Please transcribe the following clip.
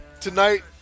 Tonight